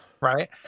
Right